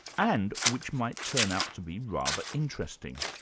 and which might turn out to be rather interesting.